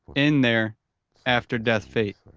in their after-death fate.